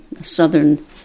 southern